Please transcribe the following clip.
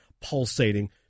pulsating